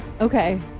Okay